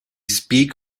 speak